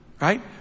Right